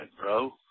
bro